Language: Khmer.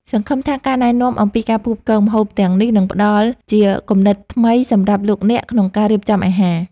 សង្ឃឹមថាការណែនាំអំពីការផ្គូផ្គងម្ហូបទាំងនេះនឹងផ្តល់ជាគំនិតថ្មីសម្រាប់លោកអ្នកក្នុងការរៀបចំអាហារ។